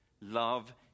Love